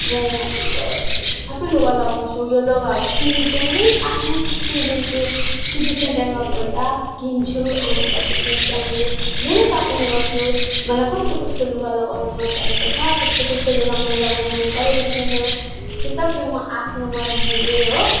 म सबै लुगा लगाउँछु यो लुगाहरू किन्नु चाहिँ म यहीँ आफ्नो सिलगढीको सिटी सेन्टरमा गएर किन्छु अन्त त्यहाँदेखि त्यहाँनेरि धेरै सपिङ गर्छु मलाई कस्तो कस्तो लुगा लगाउन मनपरेको छ कस्तो कस्तो लुगा लगाउन मनपरेको छैन त्यो सबै म आफ्नो मर्जीले हो